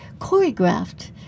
choreographed